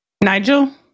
Nigel